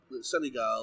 Senegal